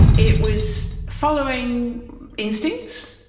it was following instincts.